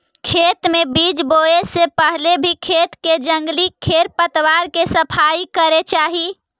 खेत में बीज बोए से पहले भी खेत के जंगली खेर पतवार के सफाई करे चाही